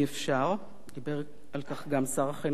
דיבר על כך גם שר החינוך גדעון סער,